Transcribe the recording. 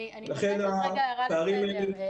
אני מבקשת הערה לסדר.